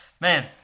man